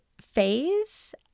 phase